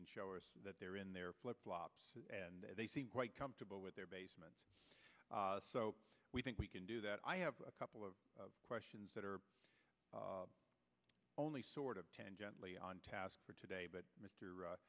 and show us that they're in their flip flops and they seem quite comfortable with their basements so we think we can do that i have a couple of questions that are only sort of ten gently on task for today but